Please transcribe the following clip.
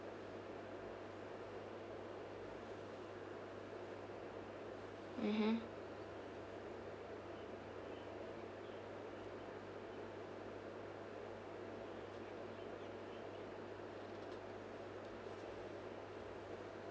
mmhmm